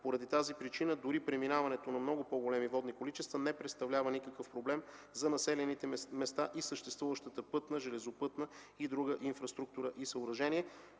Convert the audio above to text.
Поради тази причина дори преминаването на много по-големи водни количества не представлява никакъв проблем за населените места и съществуващата пътна, железопътна и друга инфраструктура и съоръжения.